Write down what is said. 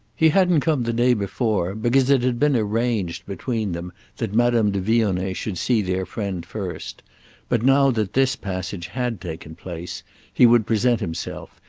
he hadn't come the day before, because it had been arranged between them that madame de vionnet should see their friend first but now that this passage had taken place he would present himself,